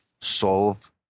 solve